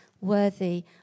worthy